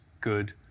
good